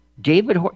David